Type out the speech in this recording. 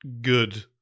good